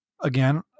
again